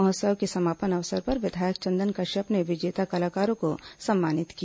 महोत्सव के समापन अवसर पर विधायक चंदन कश्यप ने विजेता कलाकारों को सम्मानित किया